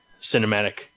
cinematic